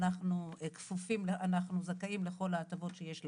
אנחנו כפופים וזכאים לכל ההטבות שיש להם,